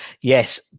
Yes